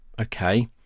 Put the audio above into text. okay